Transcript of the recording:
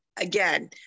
Again